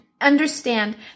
understand